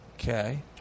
Okay